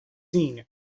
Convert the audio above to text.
seen